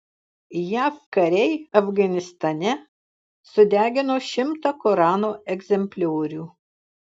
jav kariai afganistane sudegino šimtą korano egzempliorių